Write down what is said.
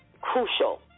crucial